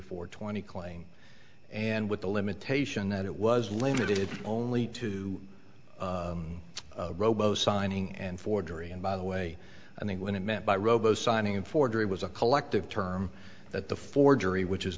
four twenty claim and with the limitation that it was limited only to robo signing and forgery and by the way i think when it meant by robo signing forgery was a collective term that the forgery which is